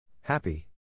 Happy